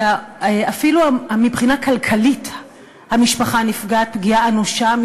ואפילו מבחינה כלכלית המשפחה נפגעת פגיעה אנושה,